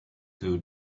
two